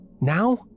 Now